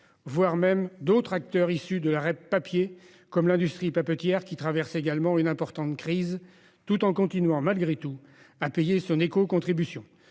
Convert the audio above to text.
voire d'acteurs issus de la REP papier comme l'industrie papetière, qui traverse également une importante crise tout en continuant malgré tout à payer son écocontribution.